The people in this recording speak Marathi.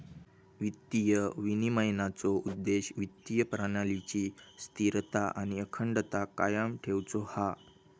वित्तीय विनिमयनाचो उद्देश्य वित्तीय प्रणालीची स्थिरता आणि अखंडता कायम ठेउचो हा